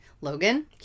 Logan